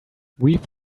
weave